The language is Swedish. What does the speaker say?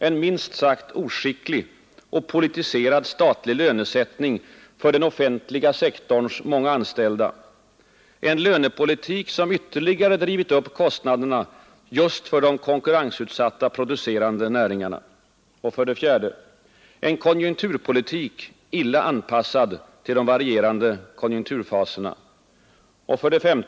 En minst sagt oskicklig och politiserad statlig lönesättning för den offentliga sektorns många anställda; en lönepolitik som ytterligare drivit upp kostnaderna just för de konkurrensutsatta producerande näringarna. 4. En konjunkturpolitik illa anpassad till de varierande konjunkturfasaderna. S.